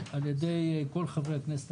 בדרך כלל זה עיריות.